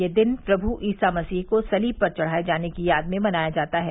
यह दिन प्रभु ईसा मसीह को सलीब पर चढ़ाये जाने की याद में मनाया जाता है